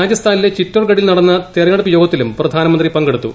രാജസ്ഥാനിലെ ചിറ്റോർഗഡിൽ നടന്ന തെരഞ്ഞെടുപ്പ് യോഗത്തിലും പ്രധാനമന്ത്രി പങ്കെടുത്തു